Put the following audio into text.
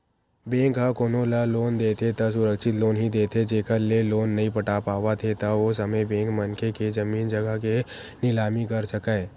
bank ह कोनो ल लोन देथे त सुरक्छित लोन ही देथे जेखर ले लोन नइ पटा पावत हे त ओ समे बेंक मनखे के जमीन जघा के निलामी कर सकय